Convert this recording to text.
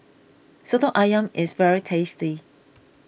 Soto Ayam is very tasty